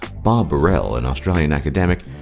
bob birrell, an australian academic,